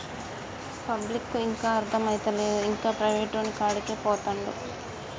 పబ్లిక్కు ఇంకా అర్థమైతలేదు, ఇంకా ప్రైవేటోనికాడికే పోతండు